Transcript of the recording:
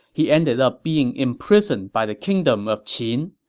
he ended up being imprisoned by the kingdom of qin.